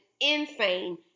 insane